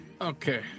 Okay